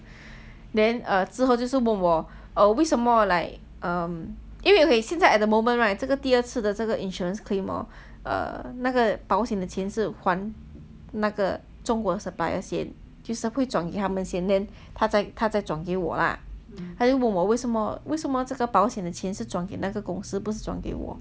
then err 之后就是问我为什么 like um 因为现在 at the moment right 这个第二次的这个 insurance claim hor 那个保险的钱是还那个中国 supplier 先就是回转给他们先 then 他在他在转给我 lah 他就问我为什么为什么这个保险的钱是转给那个公司不是转给我